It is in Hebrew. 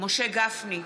משה גפני,